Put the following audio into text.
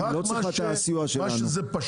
היא לא צריכה את הסיוע שלנו,